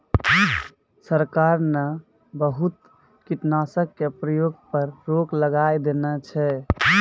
सरकार न बहुत कीटनाशक के प्रयोग पर रोक लगाय देने छै